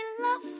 love